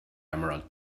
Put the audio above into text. emerald